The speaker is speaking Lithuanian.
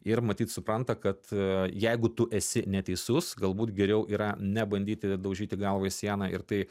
ir matyt supranta kad jeigu tu esi neteisus galbūt geriau yra nebandyti daužyti galvą į sieną ir tai